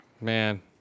Man